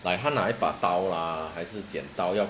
like 他那一把刀 lah err 还是剪刀要